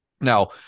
Now